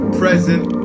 present